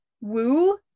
woo